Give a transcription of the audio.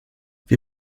wir